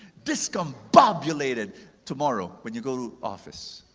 discombobulated tomorrow, when you go to office,